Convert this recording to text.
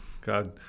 God